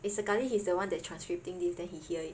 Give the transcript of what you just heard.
eh sekali he is the one that is transcripting this then he hear it